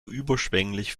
überschwänglich